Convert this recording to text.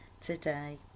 today